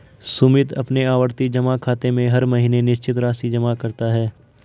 सुमित अपने आवर्ती जमा खाते में हर महीने निश्चित राशि जमा करता है